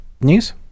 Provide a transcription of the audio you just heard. news